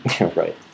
right